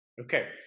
Okay